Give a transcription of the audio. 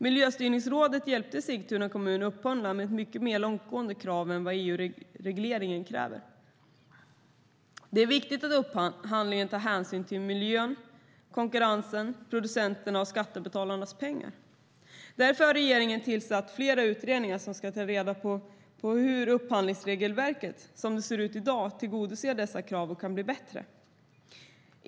Miljöstyrningsrådet hjälpte Sigtuna kommun att upphandla med mycket mer långtgående krav än vad EU-regleringen kräver. Det är viktigt att upphandlingar tar hänsyn till miljön, konkurrensen, producenterna och skattebetalarnas pengar. Därför har regeringen tillsatt flera utredningar som ska ta reda på hur upphandlingsregelverket, som det ser ut i dag, tillgodoser dessa krav och hur det kan bli bättre.